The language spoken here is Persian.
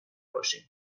باشیم